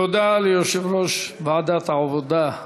תודה ליושב-ראש ועדת העבודה,